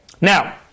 now